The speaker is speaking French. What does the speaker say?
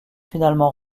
finalement